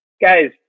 guys